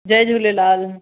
Jay Jhulelal